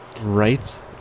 right